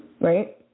right